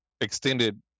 extended